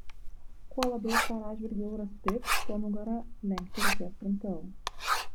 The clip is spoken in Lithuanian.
kuo labiau svaro atžvilgiu euras pigs tuo nugarą lenkti reikės trumpiau